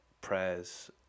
prayers